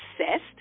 obsessed